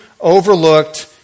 overlooked